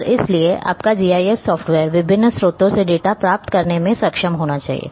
और इसलिए आपका जीआईएस सॉफ्टवेयर विभिन्न स्रोतों से डेटा प्राप्त करने में सक्षम होना चाहिए